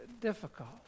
difficult